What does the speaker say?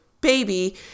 baby